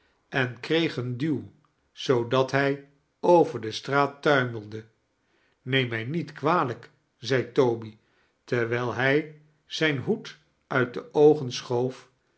en kreeg een duw zoodat hij over de straat tuimelde neem mij niet kwalijk zei toby terwijl hij zijn hoed uit de oogen schoof